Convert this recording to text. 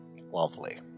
Lovely